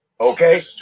Okay